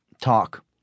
talk